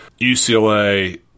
UCLA